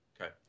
Okay